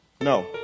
No